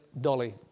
dolly